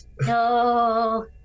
No